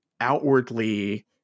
outwardly